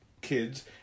kids